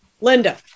Linda